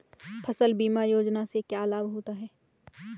फसल बीमा योजना से क्या लाभ होता है?